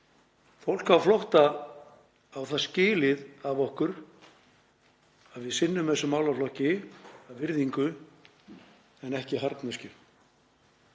Fólk á flótta á það skilið frá okkur að við sinnum þessum málaflokki af virðingu en ekki harðneskju.